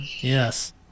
Yes